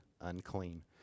unclean